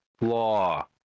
law